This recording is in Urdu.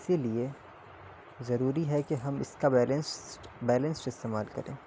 اسی لیے ضروری ہے کہ ہم اس کا بیلنس بیلنسڈ استعمال کریں